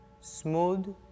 smooth